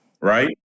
Right